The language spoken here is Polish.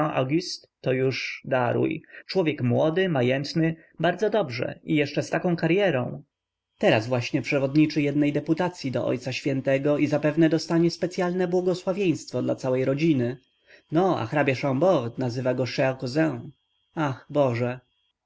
to już daruj człowiek młody majętny bardzo dobrze i jeszcze z taką karyerą teraz właśnie przewodniczy jednej deputacyi do ojca świętego i zapewne dostanie specyalne błogosławieństwo dla całej rodziny no a hrabia chambord nazywa go cher cousin ach boże